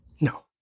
No